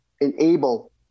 enable